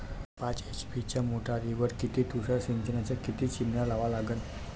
पाच एच.पी च्या मोटारीवर किती तुषार सिंचनाच्या किती चिमन्या लावा लागन?